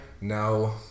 No